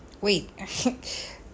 Wait